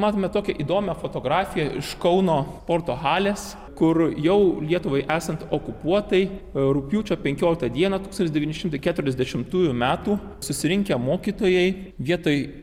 taip pat matome tokią įdomią fotografiją iš kauno sporto halės kur jau lietuvai esant okupuotai rugpjūčio penkioliktą dieną tūkstantis devyni šimtai keturiasdešimtųjų metų susirinkę mokytojai vietoj